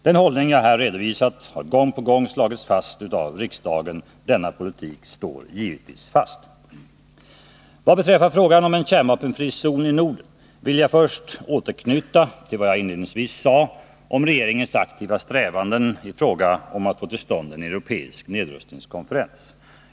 Den hållning jag här redovisat har gång på gång slagits fast av riksdagen. Denna politik står givetvis fast. Vad beträffar frågan om en kärnvapenfri zon i Norden vill jag först återknyta till vad jag inledningsvis sade om regeringens aktiva strävanden i fråga om att få till stånd en europeisk nedrustningskonferens.